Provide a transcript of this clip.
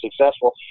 successful